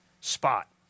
spot